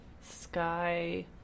Sky